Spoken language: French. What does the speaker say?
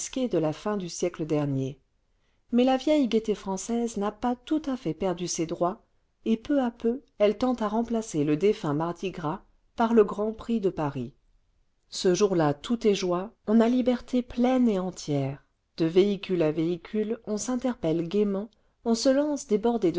de la fin du siècle dernier mais la vieille gaieté française n'a pas tout à fait perdu ses droits et peu à peu elle tend à remplacer le défunt mardi gras par le grand prix de paris ce jour-là tout est joie on a liberté pleine et entière de véhicule à véhicule on s'interpelle gaiement on se lance